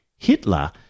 Hitler